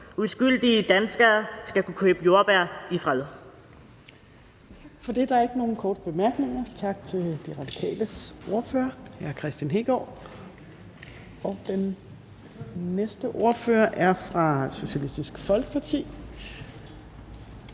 Uskyldige danskere skal kunne købe jordbær i fred.